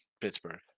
Pittsburgh